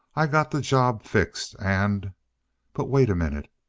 i got the job fixed and but wait a minute.